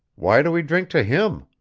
why do we drink to him?